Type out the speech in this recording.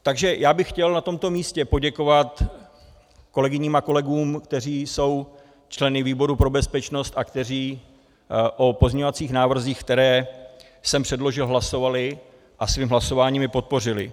Takže já bych chtěl na tomto místě poděkovat kolegyním a kolegům, kteří jsou členy výboru pro bezpečnost a kteří o pozměňovacích návrzích, které jsem předložil, hlasovali a svým hlasováním i podpořili.